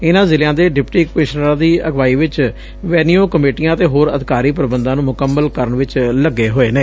ਇਨਾਂ ਜ਼ਿਲਿਆਂ ਦੇ ਡਿਪਟੀ ਕਮਿਸ਼ਨਰਾਂ ਦੀ ਅਗਵਾਈ ਵਿੱਚ ਵੈਨਿਉ ਕਮੇਟੀਆਂ ਅਤੇ ਹੋਰ ਅਧਿਕਾਰੀ ਪ੍ਰਬੰਧਾਂ ਨੂੰ ਮੁਕੰਮਲ ਕਰਨ ਵਿੱਚ ਲੱਗੇ ਹੋਏ ਨੇ